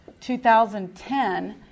2010